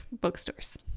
bookstores